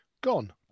gone